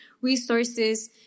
resources